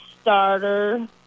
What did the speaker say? starter